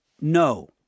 No